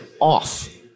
off